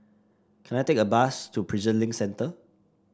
can I take a bus to Prison Link Centre